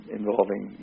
involving